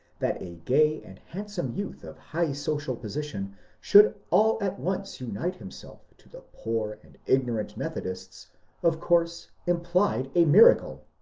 that a gay and handsome youth of high social position should all at once unite himself to the poor and ignorant methodists of course implied a miracle,